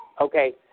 okay